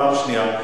פעם שנייה,